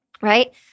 Right